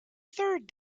third